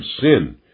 sin